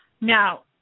Now